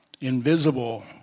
Invisible